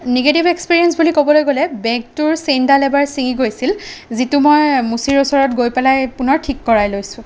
negative experience বুলি ক'বলৈ গ'লে বেগটোৰ চেইনডাল এবাৰ চিগি গৈছিল যিটো মই মুচিৰ ওচৰত গৈ পেলাই পুনৰ থিক কৰাই লৈছোঁ